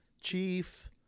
Chief